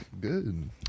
Good